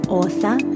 author